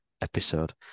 episode